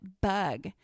bug